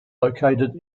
located